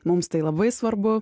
mums tai labai svarbu